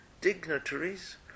dignitaries